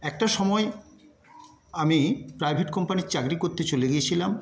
একটা সময় আমি প্রাইভেট কোম্পানির চাকরি করতে চলে গিয়েছিলাম